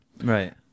right